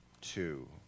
two